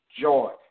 joy